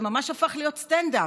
זה ממש הפך להיות סטנד-אפ: